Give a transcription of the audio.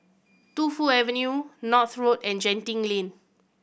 Tu Fu Avenue North Road and Genting Lane